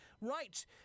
Right